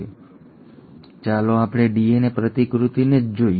હવે ચાલો આપણે ડીએનએ પ્રતિકૃતિને જ જોઈએ